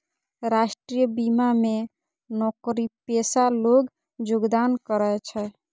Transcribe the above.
राष्ट्रीय बीमा मे नौकरीपेशा लोग योगदान करै छै